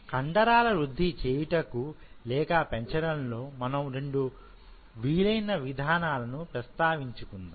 కండరాల వృద్ధి చేయుటకు లేక పెంచడంలో మనం 2 వీలైన విధానాలను ప్రస్తావించుకుందాం